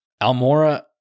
Almora